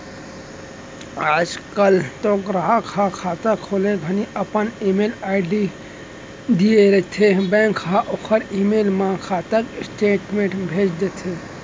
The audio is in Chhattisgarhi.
आज काल तो गराहक ह खाता खोले घानी अपन ईमेल आईडी दिए रथें बेंक हर ओकर ईमेल म खाता के स्टेटमेंट भेज देथे